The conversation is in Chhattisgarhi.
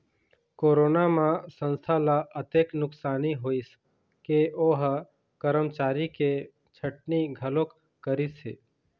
कोरोना म संस्था ल अतेक नुकसानी होइस के ओ ह करमचारी के छटनी घलोक करिस हे